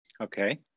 Okay